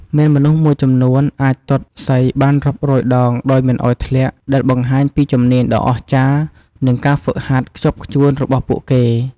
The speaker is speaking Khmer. មានមនុស្សមួយចំនួនអាចទាត់សីបានរាប់រយដងដោយមិនឱ្យធ្លាក់ ដែលបង្ហាញពី ជំនាញដ៏អស្ចារ្យ និងការហ្វឹកហាត់ខ្ជាប់ខ្ជួនរបស់ពួកគេ។